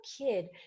kid